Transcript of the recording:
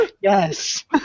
Yes